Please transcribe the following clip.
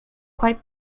quite